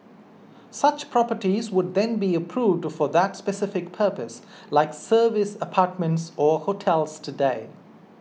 such properties would then be approved for that specific purpose like service apartments or hotels today